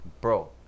bro